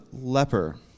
leper